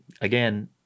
Again